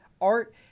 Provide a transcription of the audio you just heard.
Art